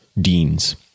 deans